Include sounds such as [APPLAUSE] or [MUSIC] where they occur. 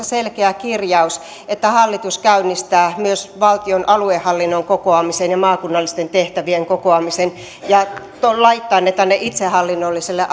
[UNINTELLIGIBLE] selkeä kirjaus että hallitus käynnistää myös valtion aluehallinnon kokoamisen ja maakunnallisten tehtävien kokoamisen ja laittaa ne tänne itsehallinnolliselle [UNINTELLIGIBLE]